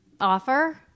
offer